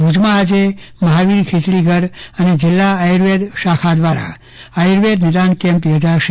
ભુજમાં આજે મહાવીર ખીચડીઘર અને જિલ્લા આયુર્વેદ શાખા દ્વારા આયુર્વેદ નિદાન કેમ્પ યોજાશે